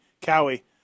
Cowie